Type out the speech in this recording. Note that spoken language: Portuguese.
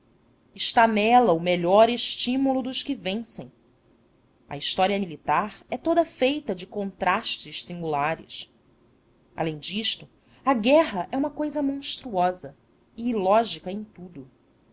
está nela o melhor estímulo dos que vencem a história militar é toda feita de contrastes singulares além disto a guerra é uma cousa monstruosa e ilógica em tudo